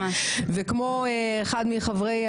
וכמו אחד מחברי,